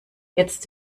jetzt